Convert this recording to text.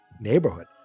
neighborhood